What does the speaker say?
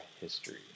history